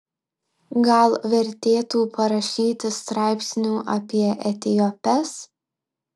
gal vertėtų parašyti straipsnių apie etiopes